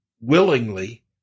willingly